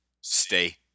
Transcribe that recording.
stay